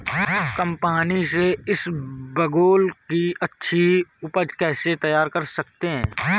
कम पानी से इसबगोल की अच्छी ऊपज कैसे तैयार कर सकते हैं?